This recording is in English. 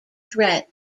threat